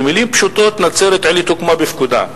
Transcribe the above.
במלים פשוטות, נצרת-עילית הוקמה בפקודה.